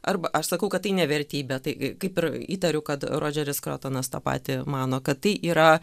arba aš sakau kad tai ne vertybė tai kaip ir įtariu kad rodžeris skrotonas tą patį mano kad tai yra